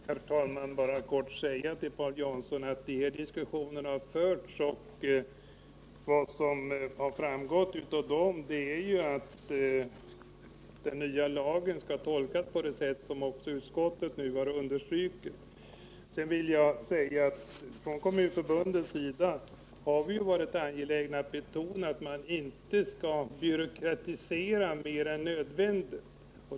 Herr talman! Jag vill bara helt kort säga till Paul Jansson att vi har haft diskussioner. Av dessa har framgått att den nya lagen skall tolkas på det sätt som utskottet nu understrukit. Från Kommunförbundets sida har vi varit angelägna att betona att vi inte skall byråkratisera mer än nödvändigt.